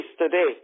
today